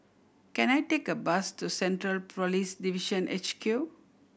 can I take a bus to Central Police Division H Q